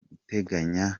guteganya